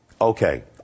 okay